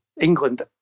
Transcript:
England